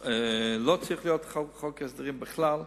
לא צריך להיות חוק ההסדרים בכלל.